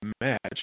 match